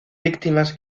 víctimas